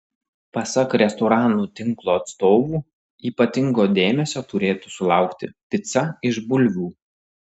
pasak restoranų tinklo atstovų ypatingo dėmesio turėtų sulaukti pica iš bulvių